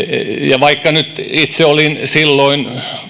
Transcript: ja vaikka nyt itse olin silloin